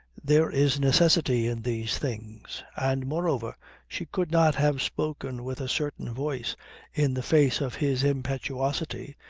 there is necessity in these things. and moreover she could not have spoken with a certain voice in the face of his impetuosity,